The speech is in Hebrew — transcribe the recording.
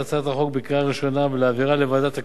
בקריאה ראשונה ולהעבירה לוועדת הכספים